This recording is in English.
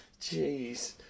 Jeez